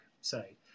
say